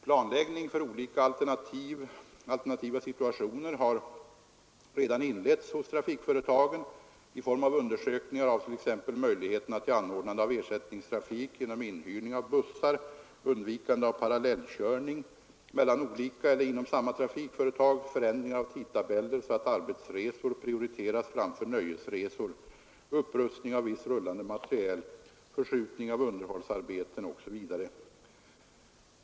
Planläggning för olika alternativa situationer har redan inletts hos trafikföretagen i form av undersökningar om möjligheterna att anordna ersättningstrafik genom inhyrning av bussar, undvikande av parallellkörning mellan olika eller inom samma trafikföretag, förändringar av tidtabeller så att arbetsresor prioriteras framför nöjesresor, upprustning av viss rullande materiel, förskjutning av underhållsarbeten, osv.